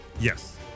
Yes